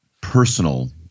personal